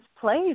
place